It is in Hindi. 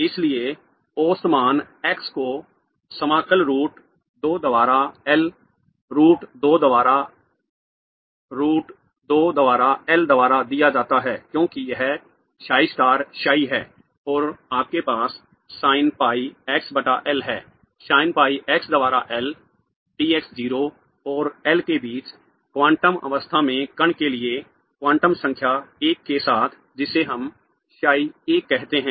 इसलिए औसत मान x को समाकल रूट 2 द्वारा L रूट 2 द्वारा L द्वारा दिया जाता है क्योंकि यह psi स्टार psi है और आपके पास sin pi x बटा L है sin pi x द्वारा L डी एक्स 0 और L के बीच क्वांटम अवस्था में कण के लिए क्वांटम संख्या 1 के साथ जिसे हम psi 1 कहते हैं